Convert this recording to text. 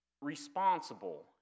responsible